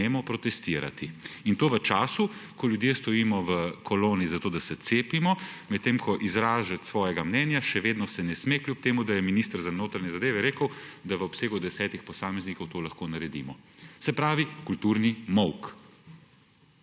nemo protestirat. In to v času, ko ljudje stojimo v koloni zato, da se cepimo, medtem ko izražati svojega mnenja se še vedno ne sme, kljub temu da je minister za notranje zadeve rekel, da v obsegu desetih posameznikov to lahko naredimo. Se pravi, kulturni molk